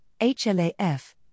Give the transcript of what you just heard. HLAF